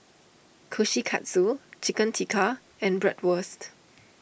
Kushikatsu Chicken Tikka and Bratwurst